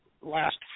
last